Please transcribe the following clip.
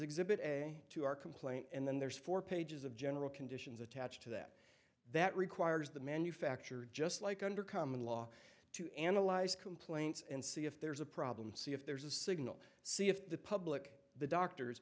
exhibit a to our complaint and then there's four pages of general conditions attached to that that requires the manufacturer just like under common law to analyze complaints and see if there's a problem see if there's a signal see if the public the doctors